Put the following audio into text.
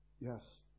yes